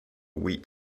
wheat